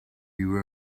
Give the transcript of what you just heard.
you